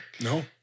No